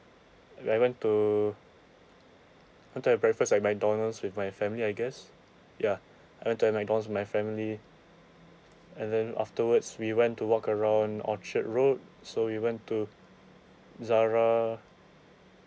I went to went to have breakfast at mcdonald's with my family I guess ya I went to have mcdonald's with my family and then afterwards we went to walk around orchard road so we went to zara